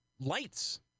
lights